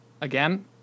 Again